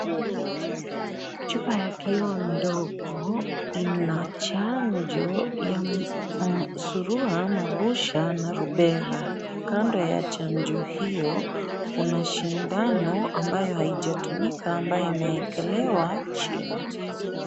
Chupa ya kioo ndogo ina chanjo ya surua, mabusha na Rubella . Kando ya chanjo hio kuna sindano ambayo haijatumika , ambayo imeekelewa chini.